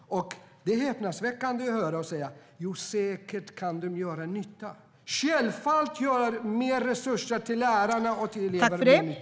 Det är häpnadsväckande att höra dig säga att de säkert kan göra nytta. Självfallet gör mer resurser till lärarna och till eleverna mer nytta.